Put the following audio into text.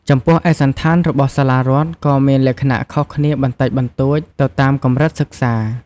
ចំពោះឯកសណ្ឋានរបស់សាលារដ្ឋក៏មានលក្ខណៈខុសគ្នាបន្តិចបន្តួចទៅតាមកម្រិតសិក្សា។